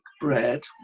bread